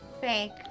Fake